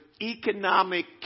economic